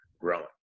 growing